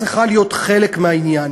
צריכה להיות חלק מהעניין.